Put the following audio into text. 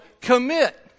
commit